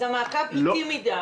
אז המעקב איטי מדי.